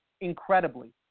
Incredibly